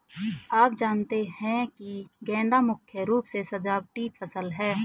आप जानते ही है गेंदा मुख्य रूप से सजावटी फसल है